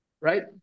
right